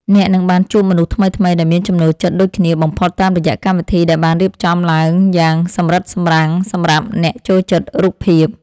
អ្នកនឹងបានជួបមនុស្សថ្មីៗដែលមានចំណូលចិត្តដូចគ្នាបំផុតតាមរយៈកម្មវិធីដែលបានរៀបចំឡើងយ៉ាងសម្រិតសម្រាំងសម្រាប់អ្នកចូលចិត្តរូបភាព។